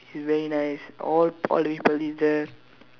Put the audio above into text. it's very nice all all the people eat there